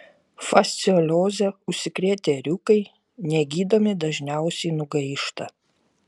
fasciolioze užsikrėtę ėriukai negydomi dažniausiai nugaišta